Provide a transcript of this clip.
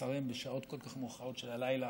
שרים בשעות כל כך מאוחרות של הלילה,